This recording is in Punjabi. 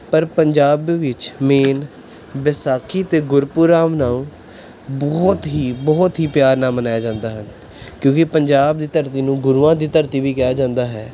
ਪਰ ਪੰਜਾਬ ਵਿੱਚ ਮੇਨ ਵਿਸਾਖੀ ਅਤੇ ਗੁਰਪੁਰਬ ਨੂੰ ਬਹੁਤ ਹੀ ਬਹੁਤ ਹੀ ਪਿਆਰ ਨਾਲ ਮਨਾਇਆ ਜਾਂਦਾ ਹੈ ਕਿਉਂਕਿ ਪੰਜਾਬ ਦੀ ਧਰਤੀ ਨੂੰ ਗੁਰੂਆਂ ਦੀ ਧਰਤੀ ਵੀ ਕਿਹਾ ਜਾਂਦਾ ਹੈ